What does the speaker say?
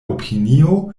opinio